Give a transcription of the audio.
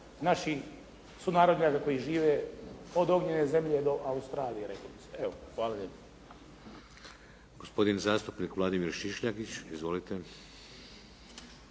znači sunarodnjaka koji žive od Ognjene zemlje do Australije, reklo bi se. Evo, Hvala lijepo.